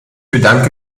bedanke